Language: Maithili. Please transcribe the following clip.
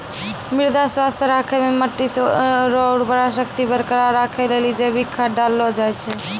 मृदा स्वास्थ्य राखै मे मट्टी रो उर्वरा शक्ति बरकरार राखै लेली जैविक खाद डाललो जाय छै